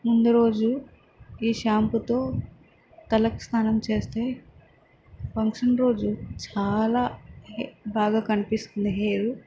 ముందు రోజు ఈ షాంపుతో తలకు స్నానం చేస్తే ఫంక్షన్ రోజు చాలా బాగా కనిపిస్తుంది హెయిర్